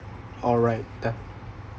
alright